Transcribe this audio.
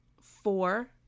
four